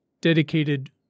dedicated